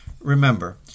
remember